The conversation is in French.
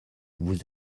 vous